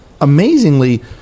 amazingly